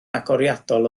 agoriadol